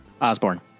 Osborne